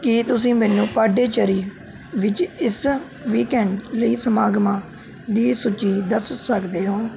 ਕੀ ਤੁਸੀਂ ਮੈਨੂੰ ਪੁਡੂਚੇਰੀ ਵਿੱਚ ਇਸ ਵੀਕੈਂਡ ਲਈ ਸਮਾਗਮਾਂ ਦੀ ਸੂਚੀ ਦੱਸ ਸਕਦੇ ਹੋ